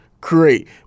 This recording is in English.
great